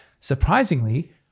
surprisingly